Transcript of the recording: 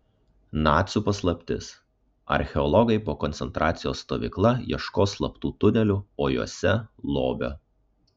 nacių paslaptis archeologai po koncentracijos stovykla ieškos slaptų tunelių o juose lobio